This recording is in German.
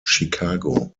chicago